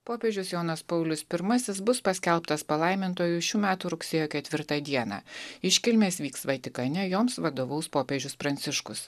popiežius jonas paulius pirmasis bus paskelbtas palaimintuoju šių metų rugsėjo ketvirtą dieną iškilmės vyks vatikane joms vadovaus popiežius pranciškus